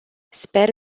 sper